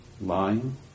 lying